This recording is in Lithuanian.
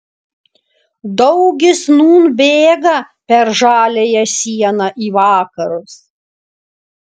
daugis nūn bėga per žaliąją sieną į vakarus